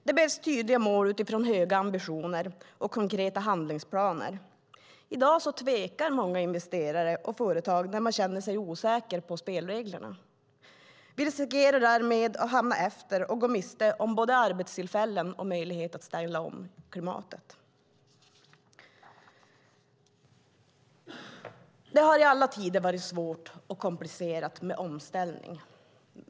Det behövs tydliga mål utifrån höga ambitioner och konkreta handlingsplaner. I dag tvekar många investerare och företag när de känner sig osäkra på spelreglerna. Vi riskerar därmed att hamna efter och att gå miste om både arbetstillfällen och en möjlighet att ställa om klimatet. Det har i alla tider varit svårt och komplicerat med omställning.